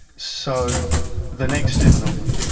so the next step, norman,